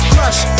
Crush